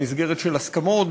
במסגרת של הסכמות,